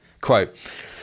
Quote